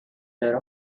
their